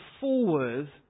forward